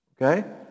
Okay